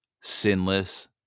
sinless